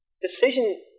decision